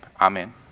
amen